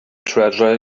treasure